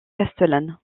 castellane